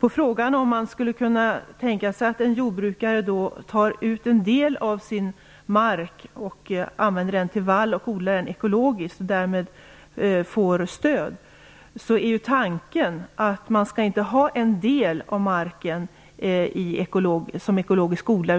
På frågan om en jordbrukare kan tänkas få ta ut en del av sin mark och använda den till vall och odla den ekologiskt och därmed få stöd kan jag svara att tanken är att en del av marken inte skall vara ekologiskt odlad.